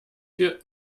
für